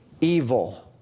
evil